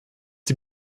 die